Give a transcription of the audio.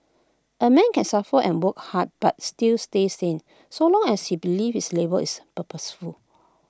A man can suffer and work hard but still stay sane so long as he believes his labour is purposeful